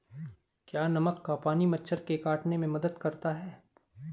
क्या नमक का पानी मच्छर के काटने में मदद करता है?